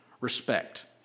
respect